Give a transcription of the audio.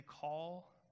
call